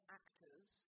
actors